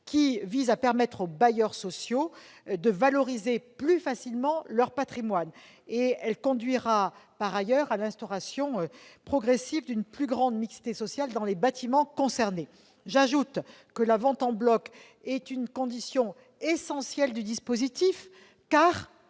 vise à permettre aux bailleurs sociaux de valoriser plus facilement leur patrimoine. Elle conduira par ailleurs à l'instauration progressive d'une plus grande mixité sociale dans les bâtiments concernés. J'ajoute que la vente en bloc est une condition essentielle du dispositif, car